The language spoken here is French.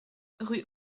rue